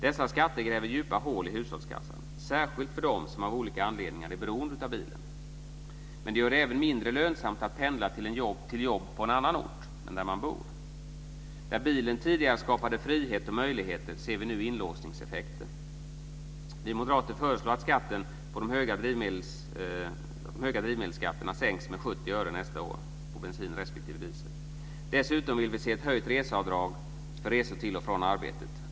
Dessa skatter gräver djupa hål i hushållskassan, särskilt för dem som av olika anledningar är beroende av bilen. Men det gör det även mindre lönsamt att pendla till jobb på annan ort än där man bor. Där bilen tidigare skapade frihet och möjligheter ser vi nu inlåsningseffekter. Vi moderater föreslår att de höga drivmedelsskatterna sänks med 70 öre nästa år på bensin respektive diesel. Dessutom vill vi se ett höjt reseavdrag för resor till och från arbetet.